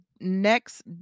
next